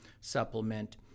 supplement